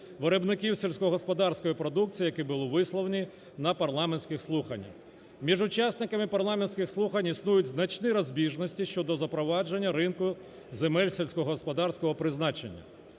виробників сільськогосподарської продукції, які були висловлені на парламентських слуханнях. Між учасниками парламентських слухань існують значні розбіжності щодо запровадження ринку земель сільськогосподарського призначення.